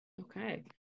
Okay